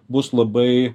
bus labai